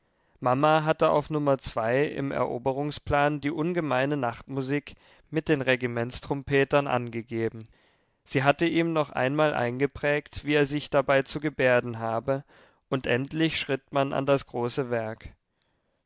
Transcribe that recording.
mama hatte auf nr im eroberungsplan die ungemeine nachtmusik mit den regimentstrompetern angegeben sie hatte ihm noch einmal eingeprägt wie er sich dabei zu gebärden habe und endlich schritt man an das große werk